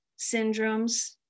syndromes